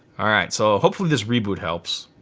all right so hopefully this reboot helps.